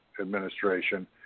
administration